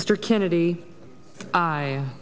mr kennedy i